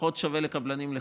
פחות שווה לקבלנים לחכות,